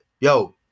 yo